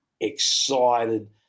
excited